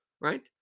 Right